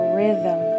rhythm